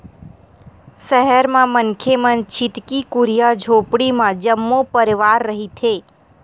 सहर म मनखे मन छितकी कुरिया झोपड़ी म जम्मो परवार रहिथे